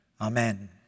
amen